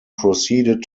proceeded